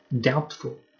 doubtful